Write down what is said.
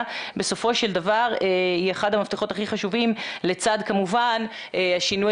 בסופו של דבר היא אחד המפתחות הכי חשובים לצד כמובן השינוי